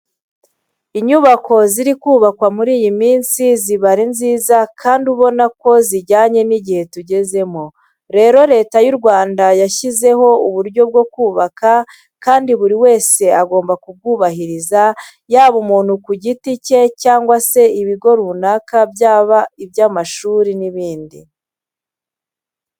Inyubako ziri kubakwa muri iyi minsi ziba ari nziza kandi ubona ko zijyanye n'igihe tugezemo. Rero Leta y'u Rwanda yashyizeho uburyo bwo kubaka kandi buri wese agomba kubwubahiriza yaba umuntu ku giti cye cyangwa se ibigo runaka byaba iby'amashuri n'ibindi.